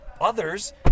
others